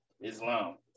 Islam